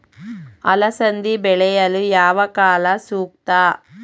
ಅಲಸಂದಿ ಬೆಳೆಯಲು ಯಾವ ಕಾಲ ಸೂಕ್ತ?